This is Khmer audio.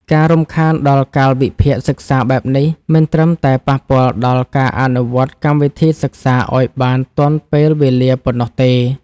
ការរំខានដល់កាលវិភាគសិក្សាបែបនេះ មិនត្រឹមតែប៉ះពាល់ដល់ការអនុវត្តកម្មវិធីសិក្សាឱ្យបានទាន់ពេលវេលាប៉ុណ្ណោះទេ។